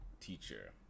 teacher